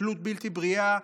תלות בלתי בריאה.